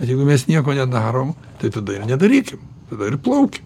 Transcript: jeigu mes nieko nedarom tai tada ir nedarykim tada ir plaukim